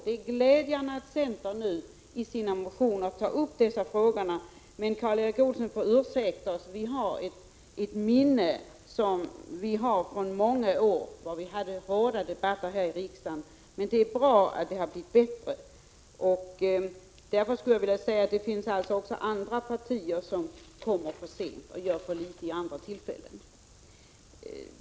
Det är glädjande att centern nu i sina motioner tar upp dessa frågor. Men Karl Erik Olsson får ursäkta att vi har ett minne från många år då vi hade hårda debatter här i riksdagen. Men det är bra att det har blivit bättre. Därför skulle jag vilja säga att det finns också andra partier som kommer för sent och gör för litet vid andra tillfällen.